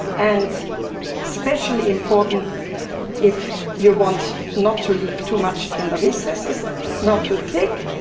and especially important if you want not too leave too much in the recesses not to thick.